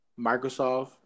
Microsoft